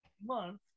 month